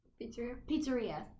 Pizzeria